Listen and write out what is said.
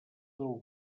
del